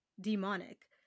demonic